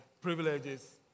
privileges